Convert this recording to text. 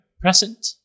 present